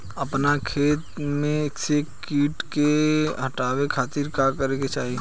अपना खेत से कीट के हतावे खातिर का करे के चाही?